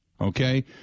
okay